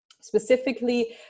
Specifically